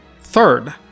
Third